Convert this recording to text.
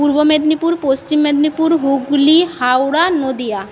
Purba Medinipur Paschim Medinipur Hooghly Howrah Nadia